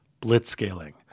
Blitzscaling